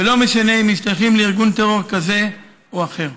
ולא משנה אם הם משתייכים לארגון טרור כזה או אחר.